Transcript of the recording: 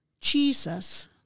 Jesus